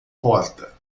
porta